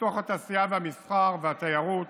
פיתוח התעשייה והמסחר והתיירות,